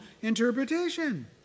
interpretation